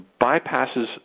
bypasses